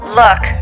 look